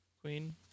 Queen